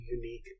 unique